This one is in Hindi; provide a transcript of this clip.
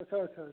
अच्छा अच्छा